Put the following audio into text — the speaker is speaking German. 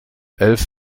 elf